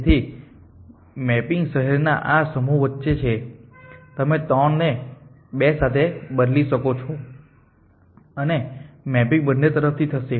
તેથી મેપિંગ શહેરોના આ સમૂહ વચ્ચે છે તમે 3 ને 2 સાથે બદલી શકો છો અને મેપિંગ બંને તરફ થી થશે